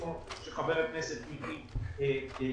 כפי שחבר הכנסת מיקי לוי אמר.